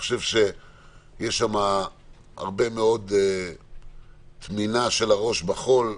יש הרבה טמינה של הראש בחול.